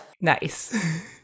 Nice